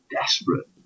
desperate